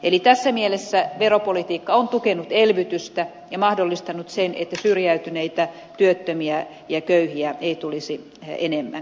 eli tässä mielessä veropolitiikka on tukenut elvytystä ja mahdollistanut sen että syrjäytyneitä työttömiä ja köyhiä ei tulisi enemmän